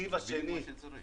המרכיב השני